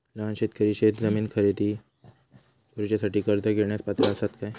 लहान शेतकरी शेतजमीन खरेदी करुच्यासाठी कर्ज घेण्यास पात्र असात काय?